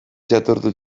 jatordu